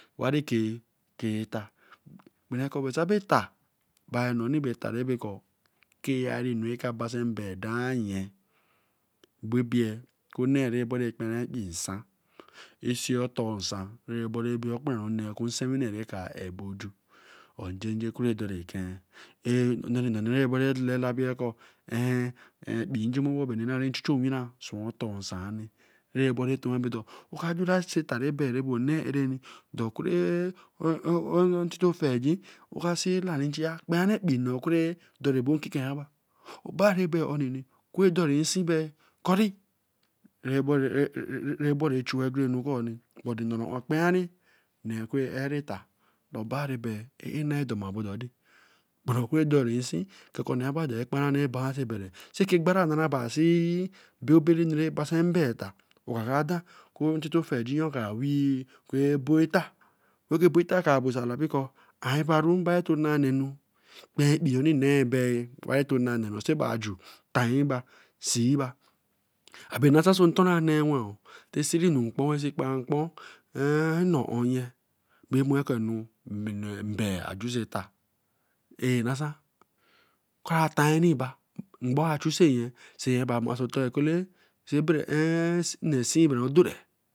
Warikee, ke eta berakor kabe eta bi noni bae eta kera anu raka basin mbea dara ayen, bobea, okun onnee ra boree kpenree ekpii nsan re seer otor nsan re baro ban okparanwo nsewi ne ra ka aboju. Nonee ra baru labiya kor eh, ekpii njembor bo na chu chu owina wen otor nsan. re boru tern obedo ka jura kor otor ra bi onne areni do kure ntito feigne, oka see la ra nchia, kpanee kpii nee ku do ra bo nkiken aba. obari bae onini. ra dorin nsin bae kori ra bo ri chu gre anukor but noroan kp enrari. e paran anu ra ban so obere, ku ofeigne kra weeh ku obo eta, oku obo eta kra laru kor abaru am bato na benu. Kpen ekpii naabae. Abere nasan nton ra nee wen oo ra see nkpon see kpan nkpon.